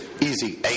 Easy